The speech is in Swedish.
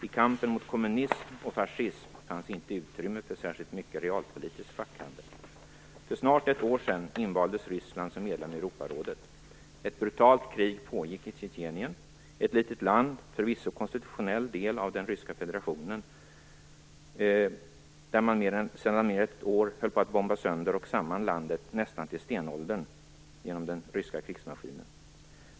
I kampen mot kommunism och fascism fanns inte utrymme för särskilt mycket realpolitiskt backande. För snart ett år sedan invaldes Ryssland som medlem i Europarådet. Ett brutalt krig pågick i Tjetjenien - ett litet land, förvisso en konstitutionell del av den ryska federationen - som man sedan mer än ett år höll på att bomba sönder och samman nästan till stenåldersnivå med den ryska krigsmaskinen.